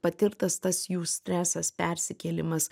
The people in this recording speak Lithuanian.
patirtas tas jų stresas persikėlimas